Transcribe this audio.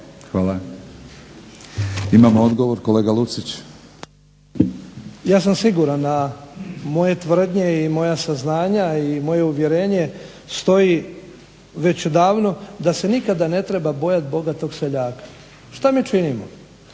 Hvala. Imamo odgovor, kolega Lucić. **Lucić, Franjo (HDZ)** Ja sam siguran, a moje tvrdnje i moja saznanja i moje uvjerenje stoji već odavno da se nikada ne treba bojati bogatog seljaka. Što mi činimo?